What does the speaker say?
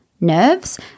nerves